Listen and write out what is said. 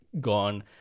gone